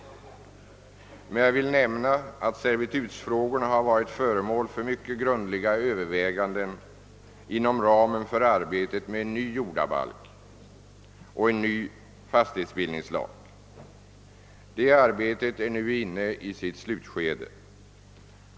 Jag vill emellertid nämna att servitutsfrågorna har varit föremål för mycket grundliga överväganden inom ramen för arbetet med en ny jordabalk och en ny fastighetsbildningslag. Detta arbete är nu inne i sitt slutskede.